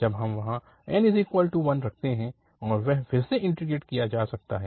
जब हम वहाँ n 1 रखते हैऔर वह फिर से इन्टीग्रेट किया जा सकता है